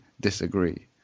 disagree